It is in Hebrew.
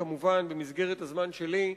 כמובן במסגרת הזמן שלי,